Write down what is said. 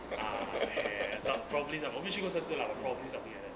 ah he~ som~ probably some 我们去 go shen zhen lah 我 probably something like that